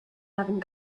having